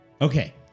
Okay